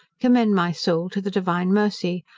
commend my soul to the divine mercy.